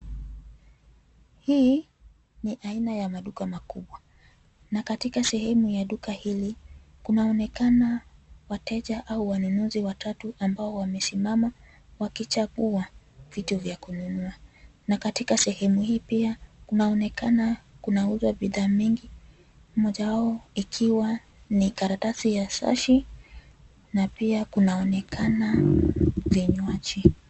Hii ni aina ya maduka makubwa na katika sehemu ya duka hili, kunaonekana wateja au wanunuzi watatu ambao wamesimama wakichagua vitu vya kununua na katika sehemu hii pia kunaonekana kunauzwa bidhaa mingi moja wao ikiwa ni karatasi ya sashi na pia kunaonekana vinywaji.